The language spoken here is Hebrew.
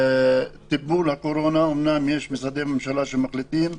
בטיפול בקורונה אומנם יש משרדי ממשלה שמחליטים,